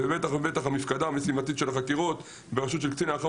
בטח ובטח את המפקדה המשימתית של החקירות בראשות קצין האח"מ